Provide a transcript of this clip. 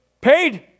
paid